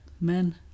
men